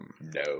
no